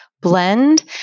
blend